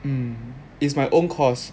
um it's my own course